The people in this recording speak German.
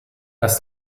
das